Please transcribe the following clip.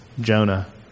Jonah